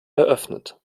eröffnet